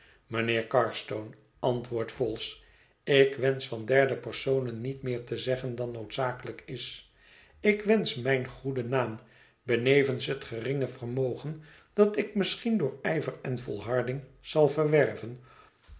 mijnheer carstone antwoordt vholes ik wensch van derde personen niet meer te zeggen dan noodzakelijk is ik wensch mijn goeden naam benevens het geringe vermogen dat ik misschien door ijver en volharding zal verwerven